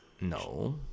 No